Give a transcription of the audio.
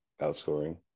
outscoring